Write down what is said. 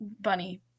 Bunny